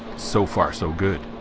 so far, so good.